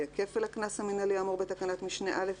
יהיה כפל הקנס המנהלי האמור בתקנת משנה (א).